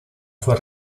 fue